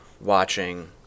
watching